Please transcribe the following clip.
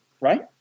Right